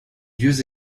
dieux